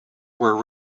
were